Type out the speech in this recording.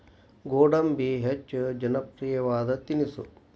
ಗೋಡಂಬಿ ಹೆಚ್ಚ ಜನಪ್ರಿಯವಾದ ತಿನಿಸು